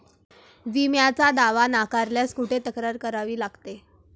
विम्याचा दावा नाकारल्यास कुठे तक्रार करावी लागते?